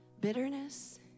bitterness